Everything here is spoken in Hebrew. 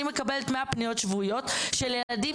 אני מקבלת 100 פניות שבועיות של ילדים